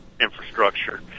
infrastructure